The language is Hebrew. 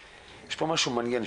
יש פה משהו מעניין,